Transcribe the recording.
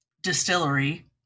distillery